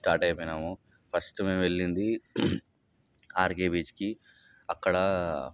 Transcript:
start అయిపోయినాము first మేము వెళ్ళింది ఆర్కే బీచ్కి అక్కడ